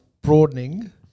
broadening